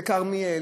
בכרמיאל,